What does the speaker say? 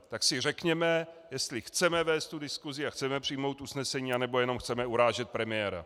Tak si řekněme, jestli chceme vést tu diskusi a chceme přijmout usnesení, anebo jenom chceme urážet premiéra.